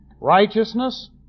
righteousness